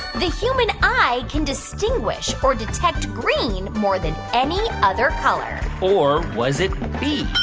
the human eye can distinguish or detect green more than any other color? or was it b.